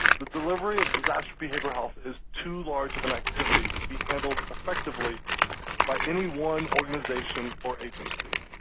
the delivery of disaster behavioral health is too large of an activity to be handled effectively by any one organization or agency.